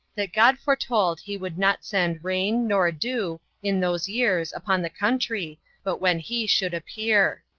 that god foretold he would not send rain nor dew in those years upon the country but when he should appear.